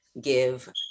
give